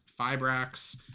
Fibrax